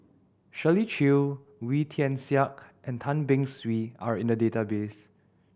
Shirley Chew Wee Tian Siak and Tan Beng Swee are in the database